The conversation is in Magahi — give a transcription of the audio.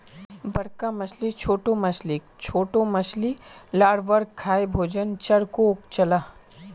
बड़का मछली छोटो मछलीक, छोटो मछली लार्वाक खाएं भोजन चक्रोक चलः